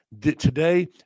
today